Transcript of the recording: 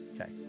Okay